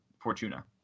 Fortuna